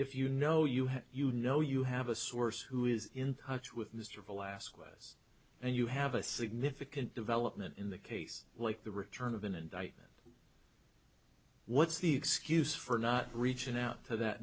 if you know you have you know you have a source who is in touch with mr of alaska us and you have a significant development in the case like the return of an indictment what's the excuse for not reaching out to that